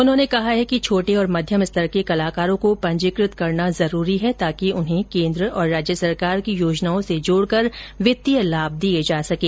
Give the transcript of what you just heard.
उन्होंने कहा है कि छोटे और मध्यम स्तर के कलाकारों को पंजीकृत करना जरूरी है ताकि उन्हें केन्द्र और राज्य सरकार की योजनाओं से जोडकर वित्तीय लाभ दिये जा सकें